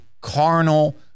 carnal